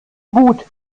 wut